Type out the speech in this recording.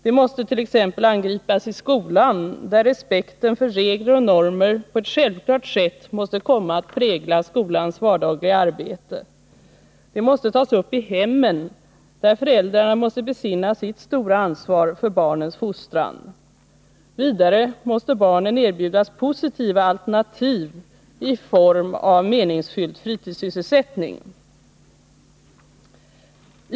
De måste t.ex. angripas i skolan, där respekten för regler och normer på ett självklart sätt måste komma att prägla det vardagliga arbetet. De måste tas upp i hemmen, där föräldrarna måste besinna sitt stora ansvar för barnens fostran. Vidare måste barnen erbjudas positiva alternativ i form av meningsfylld fritidssysselsättning.